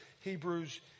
Hebrews